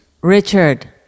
Richard